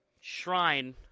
shrine